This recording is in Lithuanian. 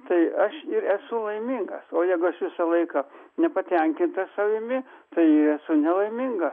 tai aš ir esu laimingas o jeigu aš visą laiką nepatenkintas savimi tai esu nelaimingas